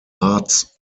arts